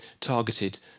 targeted